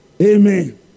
amen